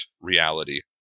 reality